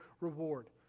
reward